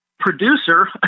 producer